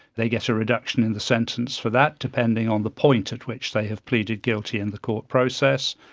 they get a reduction in the sentence for that, depending on the point at which they have pleaded guilty in the court process.